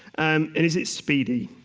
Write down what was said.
and and is it speedy?